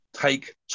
take